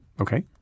Okay